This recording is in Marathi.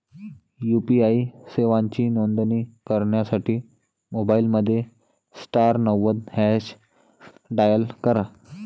यू.पी.आई सेवांची नोंदणी करण्यासाठी मोबाईलमध्ये स्टार नव्वद हॅच डायल करा